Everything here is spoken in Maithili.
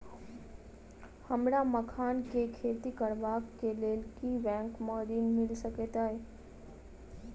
हमरा मखान केँ खेती करबाक केँ लेल की बैंक मै ऋण मिल सकैत अई?